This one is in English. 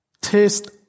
taste